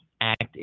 Act